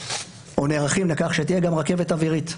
בנתב"ג אנחנו נערכים לכך שתהיה גם רכבת אווירית,